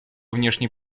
внешней